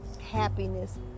happiness